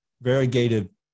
variegated